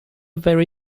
very